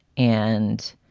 and.